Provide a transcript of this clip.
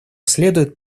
следует